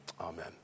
Amen